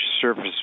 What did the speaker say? surface